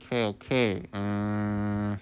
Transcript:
okay okay mm